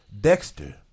Dexter